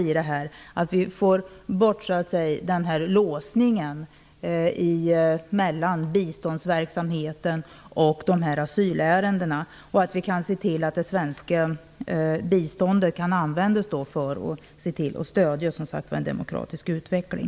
Vi måste få bort låsningen mellan biståndsverksamheten och dessa asylärenden. Vi måste se till att det svenska biståndet kan användas till att stödja en demokratisk utveckling.